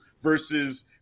versus